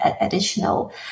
additional